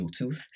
Bluetooth